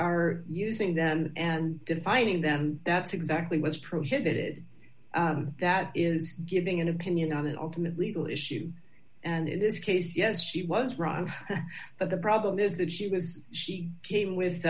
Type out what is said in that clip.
are using them and defining them that's exactly what's prohibited that is giving an opinion on the ultimate legal issue and in this case yes she was wrong but the problem is that she was she came